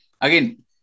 Again